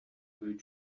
твое